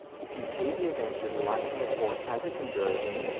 if you see the event you would like to report as a conversion,